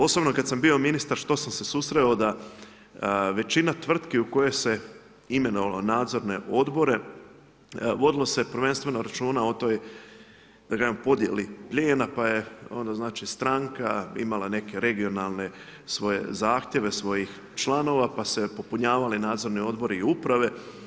Osobno kad sam bio ministar što sam se susreo je da većina tvrtki u koje se imenovalo nadzorne odbore, vodilo se prvenstveno računa o toj podjeli plijena pa je stranka imala neke regionalne svoje zahtjeve svojih članova pa su se popunjavali nadzorni odbori i uprave.